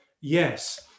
Yes